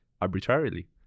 arbitrarily